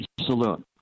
Saloon